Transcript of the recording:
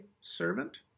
servant